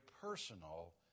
personal